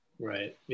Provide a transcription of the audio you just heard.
right